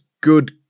good